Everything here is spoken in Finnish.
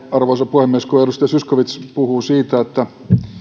arvoisa puhemies kun edustaja zyskowicz puhuu siitä että